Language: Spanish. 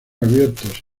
abiertos